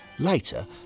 Later